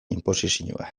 inposizioa